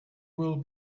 will